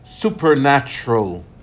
supernatural